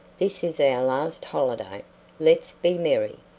this is our last holiday let's be merry.